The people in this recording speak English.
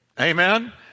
Amen